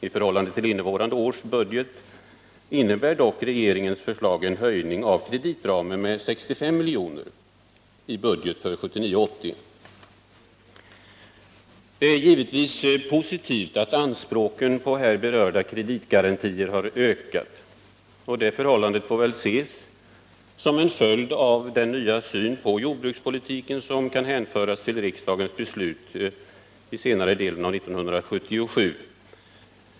I förhållande till innevarande års budget innebär dock regeringens förslag en höjning av kreditramen med 65 milj.kr. i budgeten för 1979/80. Det är givetvis positivt att anspråken på här berörda kreditgarantier har ökat. Det förhållandet får väl ses som en följd av den nya syn på jordbrukspolitiken som kan hänföras till riksdagens beslut under senare delen av 1977.